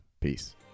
Peace